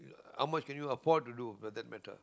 how much can you afford to do to that matter